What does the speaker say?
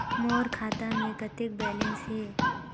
मोर खाता मे कतेक बैलेंस हे?